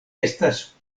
estas